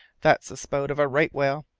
that's the spout of a right-whale!